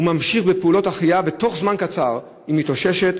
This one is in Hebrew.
הוא ממשיך בפעולות ההחייאה ובתוך זמן קצר היא מתאוששת.